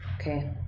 Okay